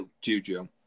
Juju